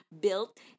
built